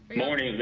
morning.